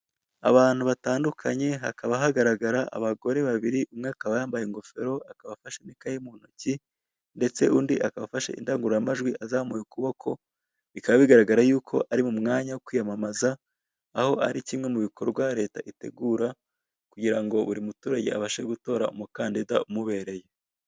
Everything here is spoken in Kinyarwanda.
Abantu batandukanye. Hakaba hagaragara abagore babiri: umwe akaba yambaye ingofero, ndetse undi akaba afashe indangururamajwi azamuye ukuboko. Bikaba bigaragara ko ari mu mwanya wo kwiyamamaza, aho ari kimwe mu bikorwa leta itegura kugira ngo buri muturage abashe gutora umukandida umubereye.